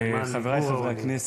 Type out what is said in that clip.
למען מיגור העוני.